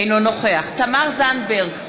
אינו נוכח תמר זנדברג,